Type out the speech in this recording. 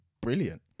brilliant